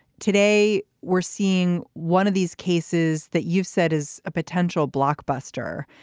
today we're seeing one of these cases that you've said is a potential blockbuster.